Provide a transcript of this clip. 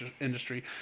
industry